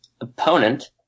opponent